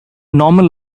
normal